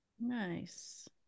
Nice